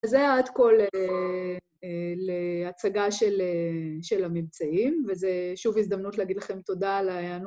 וזה עד כל להצגה של הממצאים, וזו שוב הזדמנות להגיד לכם תודה על הענות.